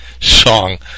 song